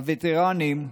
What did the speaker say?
הווטרנים,